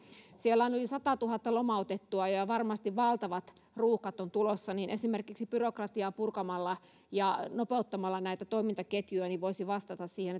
siellä on yli satatuhatta lomautettua ja varmasti valtavat ruuhkat on tulossa ja esimerkiksi byrokratiaa purkamalla ja näitä toimintaketjuja nopeuttamalla voisi vastata siihen